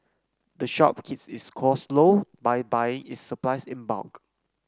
the shop keeps its costs low by buying its supplies in bulk